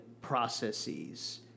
processes